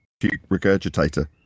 regurgitator